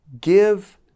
give